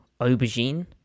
aubergine